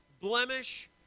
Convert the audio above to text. blemish